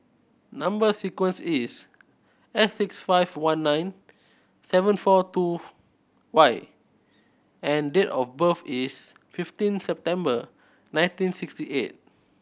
number sequence is S six five one nine seven four two Y and date of birth is fifteen September nineteen sixty eight